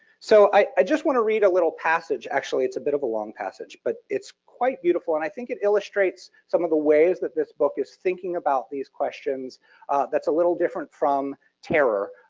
so i just want to read a little passage. actually, it's a bit of a long passage, but it's quite beautiful, and i think it illustrates some of the ways that this book is thinking about these questions that's a little different from terror,